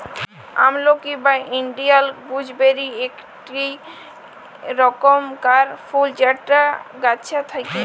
আমলকি বা Indian gooseberry ইকটি রকমকার ফুল যেটা গাছে থাক্যে